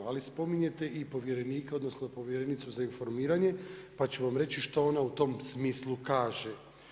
Ali spominjete i povjerenika, odnosno povjerenicu za informiranje pa ću vam reći što ona u tom smislu kaže.